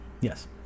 yes